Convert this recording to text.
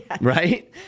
Right